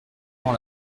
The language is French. dans